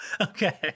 Okay